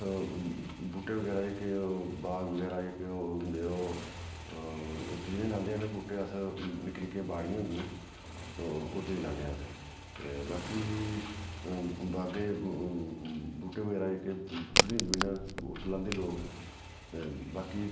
बूह्टे बगैरा जेह्के बाग बगैरा जेह्के ओह् होंदे ओह् उत्त च नी लांदे हैन बूह्टे अस निक्कियां निक्कियां बाड़ियां होंदियां ओत्त च लान्ने आं अस ते बाकी बागै बूह्टे बगैरा जेह्के खुल्लियां जमीनां न ओत्त लांदे लोक बाकी